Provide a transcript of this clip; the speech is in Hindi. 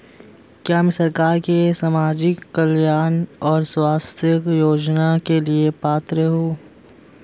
क्या मैं सरकार के सामाजिक कल्याण और स्वास्थ्य योजना के लिए पात्र हूं?